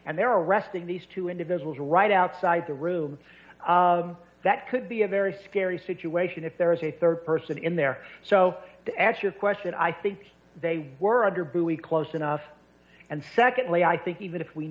and they're arresting these two individuals right outside the room that could be a very scary situation if there is a rd person in there so the actual question i think they were under buoy close enough and secondly i think even if we